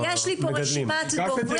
יש לי פה רשימת דוברים.